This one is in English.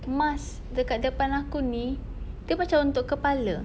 mask dekat depan aku ni dia macam untuk kepala